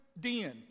den